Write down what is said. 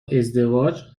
ازدواج